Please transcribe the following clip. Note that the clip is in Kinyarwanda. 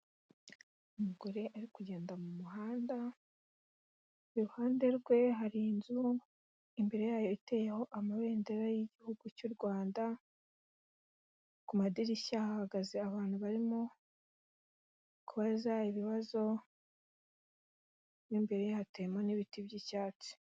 Umugore ari kugenda mu muhanda, iruhande rwe hari inzu, imbere yayo iteyeho amabendera y'igihugu cy'u Rwanda, ku madirishya hahagaze abantu barimo kubaza ibibazo, mo imbere hateyemo ibiti by'icyatsi.